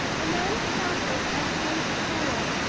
the man started and changed color.